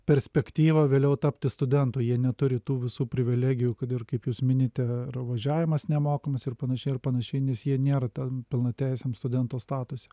perspektyva vėliau tapti studentu jie neturi tų visų privilegijų kad ir kaip jūs minite ir važiavimas nemokamas ir panašiai ir panašiai nes jie nėra tam pilnateisiam studento statuse